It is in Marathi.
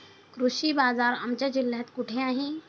कृषी बाजार आमच्या जिल्ह्यात कुठे आहे?